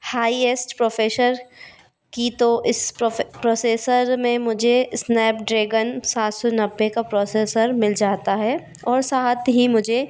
highest professor की तो इस प्रोफ़े प्रोसेसर में मुझे स्नैपड्रैगन सात सौ नब्बे का प्रोसेसर मिल जाता है और साथ ही मुझे